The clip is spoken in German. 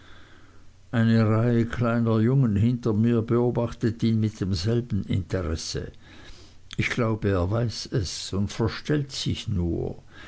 eine reihe kleiner jungen hinter mir beobachtet ihn mit demselben interesse ich glaube er weiß es und verstellt sich nur